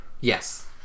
Yes